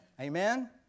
Amen